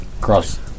cross